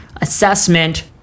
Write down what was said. assessment